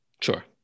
Sure